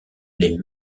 les